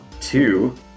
two